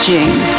June